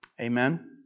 Amen